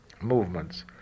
movements